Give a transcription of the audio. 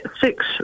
six